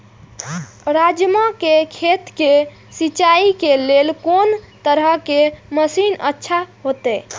राजमा के खेत के सिंचाई के लेल कोन तरह के मशीन अच्छा होते?